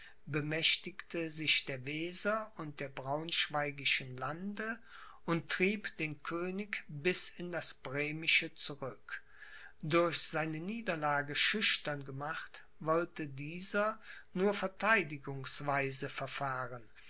bemächtigte sich der weser und der braunschweigischen lande und trieb den könig bis in das bremische zurück durch seine niederlage schüchtern gemacht wollte dieser nur vertheidigungsweise verfahren